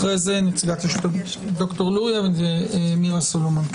אחרי זה ד"ר לוריא ומירה סלומון.